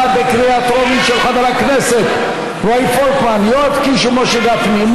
של חבר הכנסת רועי פולקמן, יואב קיש ומשה גפני.